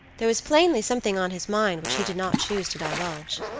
there was plainly something on his mind which he did not choose to divulge.